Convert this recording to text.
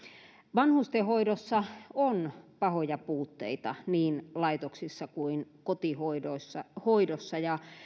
vanhustenhoidossa on pahoja puutteita niin laitoksissa kuin kotihoidossa